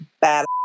bad